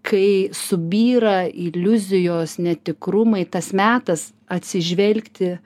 kai subyra iliuzijos netikrumai tas metas atsižvelgti